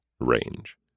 Range